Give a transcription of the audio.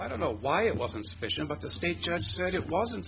i don't know why it wasn't sufficient but the state judge said it wasn't